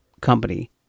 company